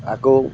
আকৌ